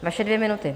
Vaše dvě minuty.